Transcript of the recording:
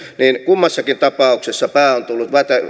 niin kummassakin tapauksessa pää on tullut